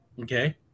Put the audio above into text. Okay